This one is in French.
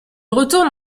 retourne